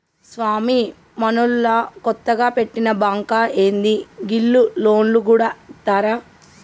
స్వామీ, మనూళ్ల కొత్తగ వెట్టిన బాంకా ఏంది, గీళ్లు లోన్లు గూడ ఇత్తరా